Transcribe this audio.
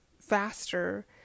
faster